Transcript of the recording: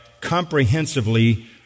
comprehensively